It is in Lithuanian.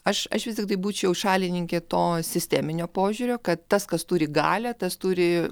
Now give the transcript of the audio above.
aš aš vis tiktai būčiau šalininkė to sisteminio požiūrio kad tas kas turi galią tas turi